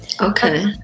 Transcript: Okay